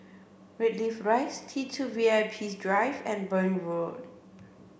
Greenleaf Rise T Two V I P Drive and Burn Road